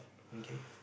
okay